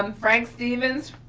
um frank stevens,